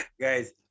Guys